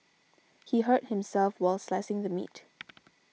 he hurt himself while slicing the meat